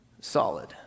solid